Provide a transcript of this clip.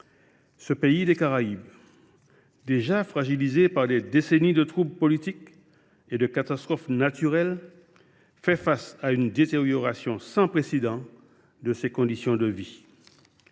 alarmante. Déjà fragilisé par des décennies de troubles politiques et de catastrophes naturelles, il fait désormais face à une détérioration sans précédent de ses conditions de vie.